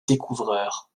découvreur